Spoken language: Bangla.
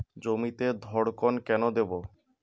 জমিতে ধড়কন কেন দেবো?